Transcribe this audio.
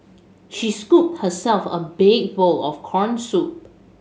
she scooped herself a big bowl of corn soup